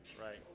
Right